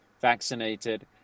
vaccinated